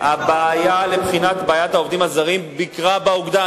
הוועדה לבחינת בעיית העובדים הזרים ביקרה באוגדה.